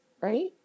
right